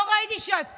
לא ראיתי שאת פה.